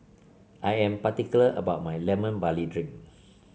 I am particular about my Lemon Barley Drink